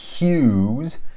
hues